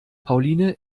pauline